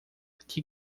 que